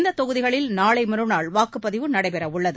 இத்தொகுதிகளில் நாளை மறுநாள் வாக்குப்பதிவு நடைபெற உள்ளது